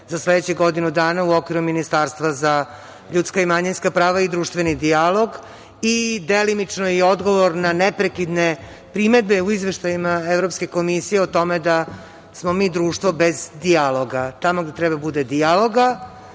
za sledećih godinu dana u okviru Ministarstva za ljudska i manjinska prava i društveni dijalog i delimično i odgovor na neprekidne primedbe u izveštajima Evropske komisije o tome da smo mi društvo bez dijaloga. Tamo gde treba da bude dijaloga